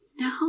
No